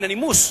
מן הנימוס,